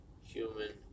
Human